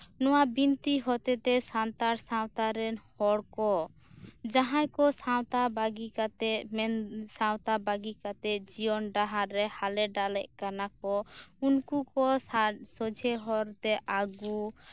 ᱱᱚᱣᱟ ᱵᱤᱱᱛᱤ ᱦᱚᱛᱮᱛᱮ ᱥᱟᱱᱛᱟᱲ ᱥᱟᱶᱛᱟᱨᱮᱱ ᱦᱚᱲᱠᱚ ᱡᱟᱦᱟᱸᱭ ᱠᱚ ᱥᱟᱶᱛᱟ ᱵᱟᱹᱜᱤ ᱠᱟᱛᱮ ᱡᱤᱭᱚᱱ ᱰᱟᱦᱟᱨ ᱨᱮ ᱦᱟᱞᱮ ᱰᱟᱞᱮᱜ ᱠᱟᱱᱟᱠᱩ ᱩᱱᱠᱩ ᱥᱚᱡᱷᱮ ᱦᱚᱲᱛᱮ ᱟᱹᱜᱩ